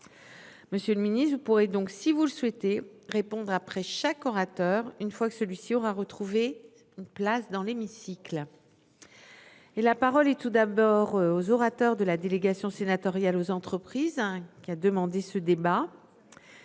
Monsieur le Ministre, vous pourrez donc si vous le souhaitez répondre après chaque orateur, une fois que celui-ci aura retrouvé une place dans l'hémicycle. Et la parole et tout d'abord aux orateurs de la délégation sénatoriale aux entreprises hein qui a demandé ce débat.